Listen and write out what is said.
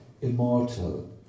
immortal